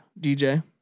DJ